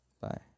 Bye